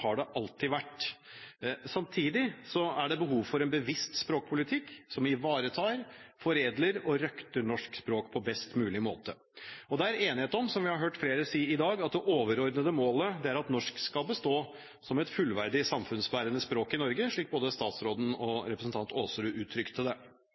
slik det alltid har vært. Samtidig er det behov for en bevisst språkpolitikk som ivaretar, foredler og røkter norsk språk på best mulig måte. Det er enighet om, som vi har hørt flere si i dag, at det overordnede målet er at norsk skal bestå som «et fullverdig, samfunnsbærende språk i Norge», slik både statsråden og representanten Aasrud uttrykte det.